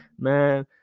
man